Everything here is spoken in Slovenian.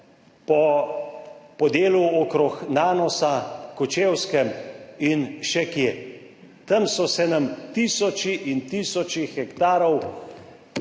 po delu okrog Nanosa, Kočevskem in še kje? Tam so se nam tisoči in tisoči hektarov